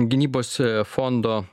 gynybos fondo